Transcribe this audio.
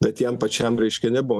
bet jam pačiam reiškia nebuvo